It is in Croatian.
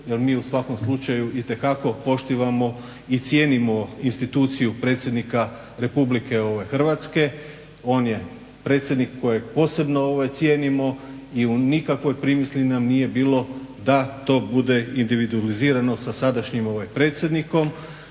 jer mi u svakom slučaju itekako poštivamo i cijenimo instituciju predsjednika RH, on je predsjednik kojeg posebno cijenimo i u nikakvoj primisli nam nije bilo da to bude individualizirano sa sadašnjim predsjednikom